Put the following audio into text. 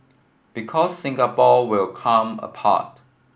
because Singapore will come apart